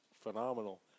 phenomenal